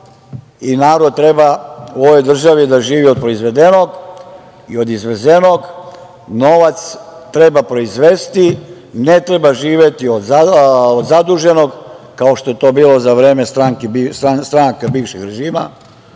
i narod treba u ovoj državi da živi od proizvedenog i od izvezenog. Novac treba proizvesti. Ne treba živeti od zaduženog, kao što je to bilo za vreme stranaka bivšeg režima.